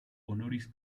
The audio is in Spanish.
honoris